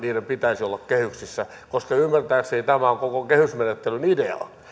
pitäisi olla kehyksissä koska ymmärtääkseni tämä on koko kehysmenettelyn idea